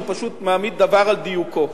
אני פשוט מעמיד דבר על דיוקו.